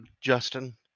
Justin